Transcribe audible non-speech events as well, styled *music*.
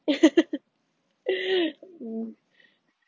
*laughs* mm